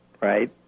right